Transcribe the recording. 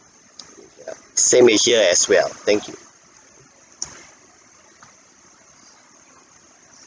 same here as well thank you